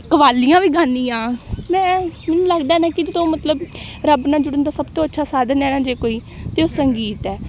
ਕਵਾਲੀਆਂ ਵੀ ਗਾਉਂਦੀ ਹਾਂ ਮੈਂ ਮੈਨੂੰ ਲੱਗਦਾ ਨਾ ਕਿ ਜਦੋਂ ਮਤਲਬ ਰੱਬ ਨਾਲ ਜੁੜਨ ਦਾ ਸਭ ਤੋਂ ਅੱਛਾ ਸਾਧਨ ਹੈ ਨਾ ਜੇ ਕੋਈ ਤਾਂ ਉਹ ਸੰਗੀਤ ਹੈ